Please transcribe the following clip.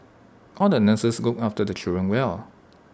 all the nurses look after the children well